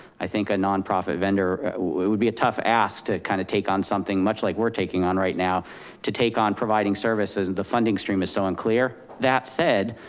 i think a nonprofit vendor would be a tough ask to kind of take on something much like we're taking on right now to take on providing services. the funding stream is so unclear. that said,